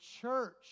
church